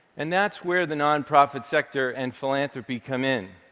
and that's where the nonprofit sector and philanthropy come in.